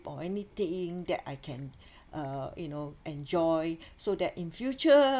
or anything that I can uh you know enjoy so that in future